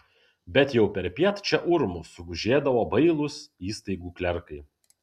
bet jau perpiet čia urmu sugužėdavo bailūs įstaigų klerkai